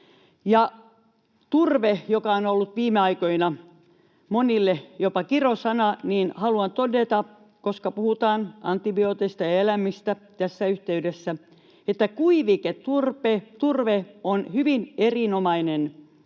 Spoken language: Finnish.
Turpeesta, joka on ollut viime aikoina monille jopa kirosana, haluan todeta, koska puhutaan antibiooteista ja eläimistä tässä yhteydessä, että kuiviketurve on hyvin erinomainen